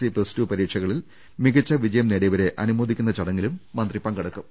C plus two പരീക്ഷയിൽ മികച്ച വിജയം നേടിയവരെ അനുമോദിക്കുന്ന ചടങ്ങിലും മന്ത്രി പങ്കെടുക്കും